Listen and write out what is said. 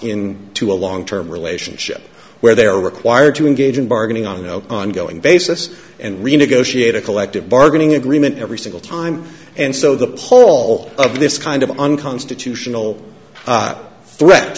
in to a long term relationship where they're required to engage in bargaining on no ongoing basis and renegotiate a collective bargaining agreement every single time and so the pall of this kind of unconstitutional threat